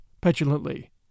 petulantly